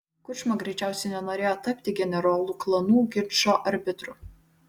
kučma greičiausiai nenorėjo tapti generolų klanų ginčo arbitru